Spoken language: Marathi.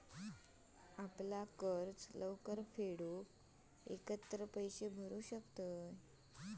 आपल्या कर्जाक लवकर फेडूक एकत्र पैशे भरू शकतंस